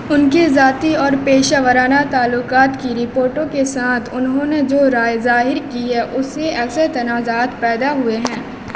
ان کے ذاتی اور پیشہ ورانہ تعلقات کی رپوٹوں کے ساتھ انہوں نے جو رائے ظاہر کی ہے اس سے ایسے تنازعات پیدا ہوئے ہیں